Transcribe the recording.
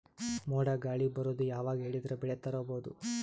ಮೋಡ ಗಾಳಿ ಬರೋದು ಯಾವಾಗ ಹೇಳಿದರ ಬೆಳೆ ತುರಬಹುದು?